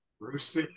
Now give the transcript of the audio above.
Bruce